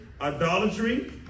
idolatry